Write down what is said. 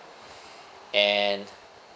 and